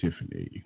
Tiffany